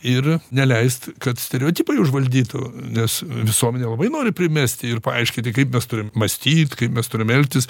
ir neleist kad stereotipai užvaldytų nes visuomenė labai nori primesti ir paaiškiti kaip mes turim mąstyt kaip mes turim elgtis